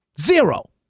zero